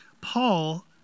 Paul